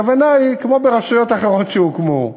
הכוונה היא כמו ברשויות אחרות שהוקמו.